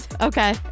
okay